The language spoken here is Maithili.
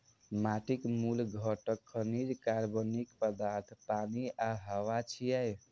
माटिक मूल घटक खनिज, कार्बनिक पदार्थ, पानि आ हवा छियै